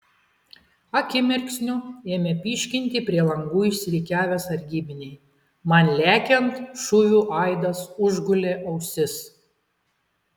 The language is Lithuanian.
akimirksniu ėmė pyškinti prie langų išsirikiavę sargybiniai man lekiant šūvių aidas užgulė ausis